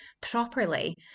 properly